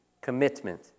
commitment